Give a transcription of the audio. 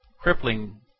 crippling